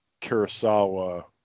Kurosawa